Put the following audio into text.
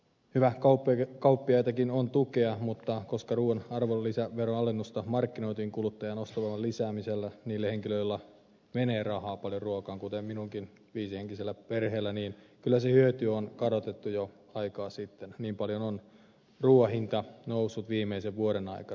hyvä kauppiaitakin on tukea mutta koska ruuan arvonlisäveron alennusta markkinoitiin kuluttajan ostovoiman lisäämisellä niille henkilöille joilla menee rahaa paljon ruokaan kuten minunkin viisihenkisellä perheelläni niin kyllä se hyöty on kadotettu jo aikaa sitten niin paljon on ruuan hinta noussut viimeisen vuoden aikana